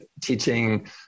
teaching